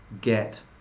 get